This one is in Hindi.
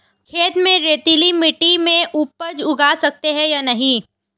खेत में रेतीली मिटी में उपज उगा सकते हैं या नहीं?